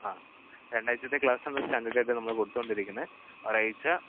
ആ രണ്ടാഴ്ച്ചത്തെ ക്ലാസെന്ന സ്റ്റാൻഡേർഡായിട്ട് നമ്മൾ കൊടുത്തോണ്ടിരിക്കുന്ന ഒരാഴ്ച്ച